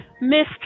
Miss